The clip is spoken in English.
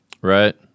Right